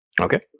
Okay